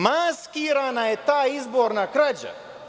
Maskirana je ta izborna krađa.